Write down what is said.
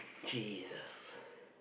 Jesus